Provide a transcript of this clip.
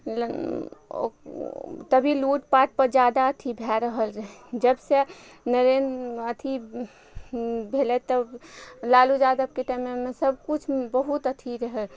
तभी लूट पाटपर जादा अथी भए रहल रहय जबसँ नरेन्द अथी भेलय तब लालू यादबके टाइममे सबकिछु बहुत अथी रहय